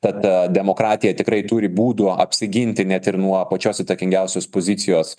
ta ta demokratija tikrai turi būdų apsiginti net ir nuo pačios įtakingiausios pozicijos